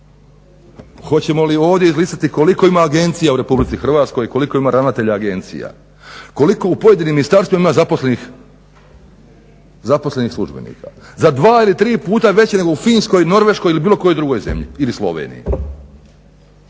Hoćemo li ovdje izlistati koliko ima agencija u Republici Hrvatskoj, koliko ima ravnatelja agencija, koliko u pojedinim ministarstvima ima zaposlenih službenika. Za dva ili tri puta veće nego u Finskoj, Norveškoj ili bilo kojoj drugoj zemlji ili Sloveniji.